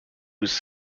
was